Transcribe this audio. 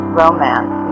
romance